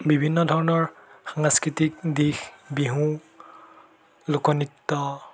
বিভিন্ন ধৰণৰ সাংস্কৃতিক দিশ বিহু লোকনৃত্য